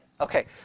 Okay